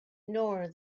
nor